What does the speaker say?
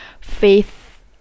faith